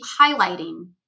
highlighting